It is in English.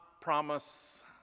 promise